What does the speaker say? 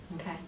Okay